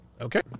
Okay